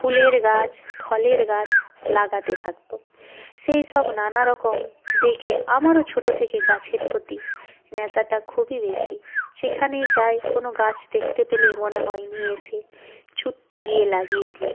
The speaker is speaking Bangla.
ফুলের গাছ ফলের গাছ লাগাতে থাকতো সেই সব নানা রকম দেখে আমারও ছোটো থেকে গাছের প্রতি নেশাটা খুবই বেশি যেখানেই যাই কোনও গাছ দেখতে পেলে মনে হয় নিয়ে এসে ছুট্টে গিয়ে লাগিয়ে দি